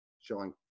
showing